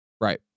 Right